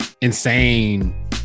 insane